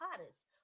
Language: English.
hottest